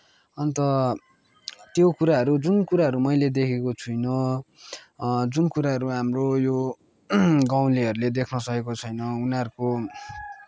अन्त त्यो कुराहरू जुन कुराहरू मैले देखेको छुइनँ जुन कुराहरू हाम्रो यो गाउँलेहरूले देख्न सकेको छैन उनीहरूको